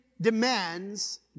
demands